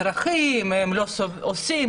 שאזרחים לא עושים.